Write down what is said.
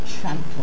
trample